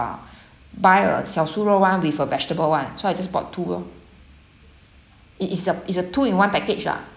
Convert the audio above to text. buy a xiaosurou one with a vegetable one so I just bought two lor it is a it's a two-in-one package lah